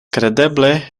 kredeble